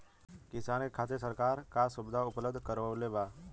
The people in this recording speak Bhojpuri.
किसान के खातिर सरकार का सुविधा उपलब्ध करवले बा?